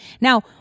Now